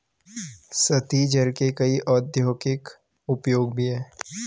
सतही जल के कई औद्योगिक उपयोग भी हैं